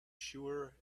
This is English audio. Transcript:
sure